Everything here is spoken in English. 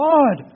God